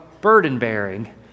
burden-bearing